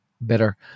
better